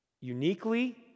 uniquely